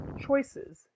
choices